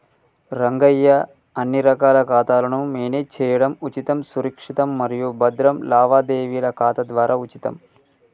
రంగయ్య అన్ని రకాల ఖాతాలను మేనేజ్ చేయడం ఉచితం సురక్షితం మరియు భద్రం లావాదేవీల ఖాతా ద్వారా ఉచితం